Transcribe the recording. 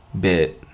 bit